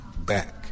back